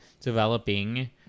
developing